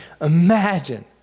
imagine